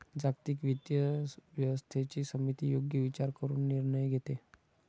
जागतिक वित्तीय व्यवस्थेची समिती योग्य विचार करून निर्णय घेते